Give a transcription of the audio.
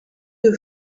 you